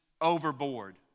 overboard